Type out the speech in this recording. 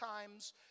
times